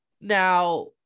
now